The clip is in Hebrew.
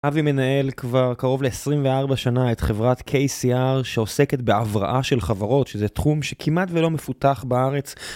אבי מנהל כבר קרוב ל-24 שנה את חברת KCR שעוסקת בהבראה של חברות, שזה תחום שכמעט ולא מפותח בארץ